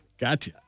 Gotcha